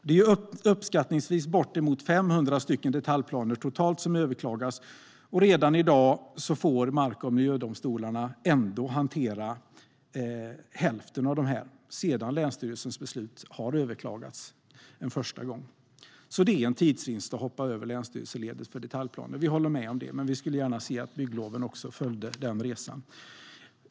Det är uppskattningsvis bortemot 500 detaljplaner totalt som överklagas, och redan i dag får mark och miljödomstolarna hantera hälften av dem, sedan länsstyrelsens beslut har överklagats en första gång. Det är en tidsvinst att hoppa över länsstyrelseledet för detaljplaner - vi håller med om det. Men vi skulle gärna se att även byggloven följde med på den resan.